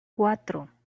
cuatro